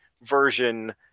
version